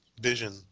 Vision